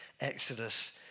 Exodus